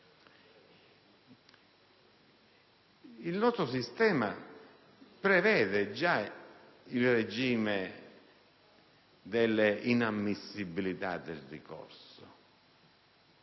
Il nostro sistema già prevede il regime delle inammissibilità del ricorso,